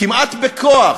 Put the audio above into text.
כמעט בכוח